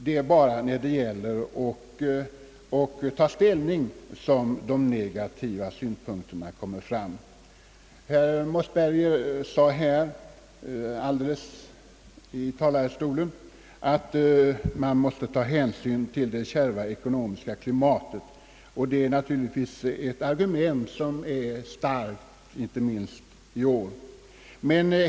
Det är bara när det gäller att ta ställning som de negativa synpunkterna kommer fram. Herr Mossberger sade att man måste ta hänsyn till det kärva ekonomiska klimatet, och det är naturligtvis ett starkt argument, inte minst i år.